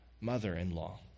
mother-in-law